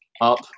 up